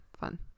Fun